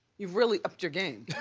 you really upped your game.